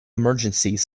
emergencies